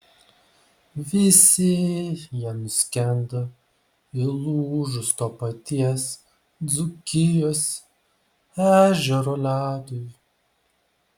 visi jie nuskendo įlūžus to paties dzūkijos ežero ledui